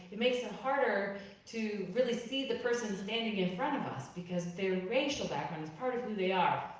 it makes it harder to really see the person standing in front of us, because their racial background is part of who they are.